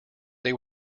they